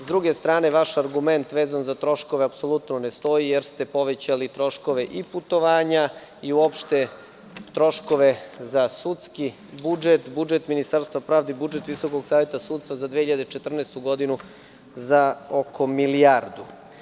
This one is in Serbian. Sa druge strane, vaš argument vezan za troškove apsolutno ne stoji, jer ste povećali troškove i putovanja i troškove za sudski budžet, budžet Ministarstva pravde i budžet VSS za 2014. godinu za oko milijardu.